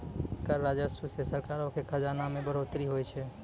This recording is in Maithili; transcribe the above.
कर राजस्व से सरकारो के खजाना मे बढ़ोतरी होय छै